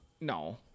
No